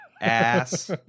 Ass